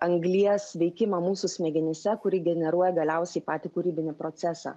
anglies veikimą mūsų smegenyse kuri generuoja galiausiai patį kūrybinį procesą